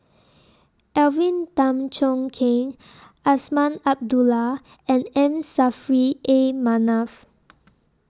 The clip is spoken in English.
Alvin Tan Cheong Kheng Azman Abdullah and M Saffri A Manaf